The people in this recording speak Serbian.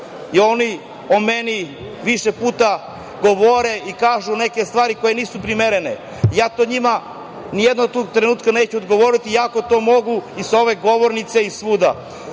Oni o meni više puta govore i kažu neke stvari koje nisu primerene. Ja im nijednog trenutka neću odgovoriti ako to mogu i sa ove govornice i svuda,